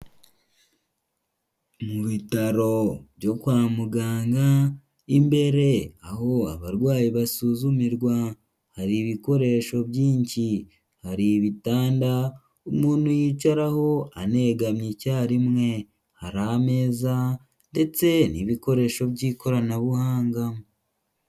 Mu bitaro byo kwa muganga, imbere aho abarwayi basuzumirwa, hari ibikoresho byinshi, hari ibitanda umuntu yicaraho anegamiye icyarimwe, hari ameza ndetse n'ibikoresho by'ikoranabuhanga.